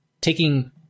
taking